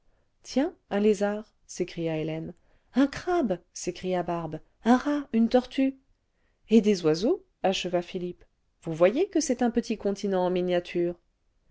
tiens un lézard s'écria hélène un crabe s'écria barbe un rat une tortue secours aux naufrages les iles factices et des oiseaux acheva philippe vous voyez que c'est un petit continent en miniature